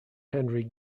henry